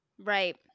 Right